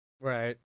Right